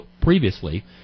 previously